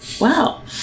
wow